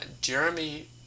Jeremy